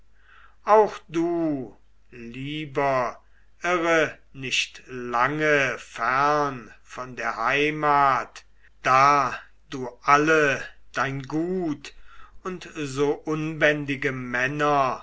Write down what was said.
auch du lieber irre nicht lange fern von der heimat da du alle dein gut und so unbändige männer